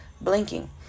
blinking